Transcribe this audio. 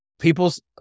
People's